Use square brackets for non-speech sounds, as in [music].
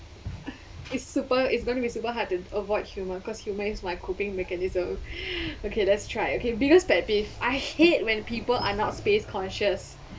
it's super it's gonna be super hard to avoid human cause human is my coping mechanism [breath] okay let's try okay biggest pet peeve I hate when people are not space-conscious